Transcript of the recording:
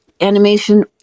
Animation